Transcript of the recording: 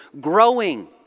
growing